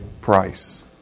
price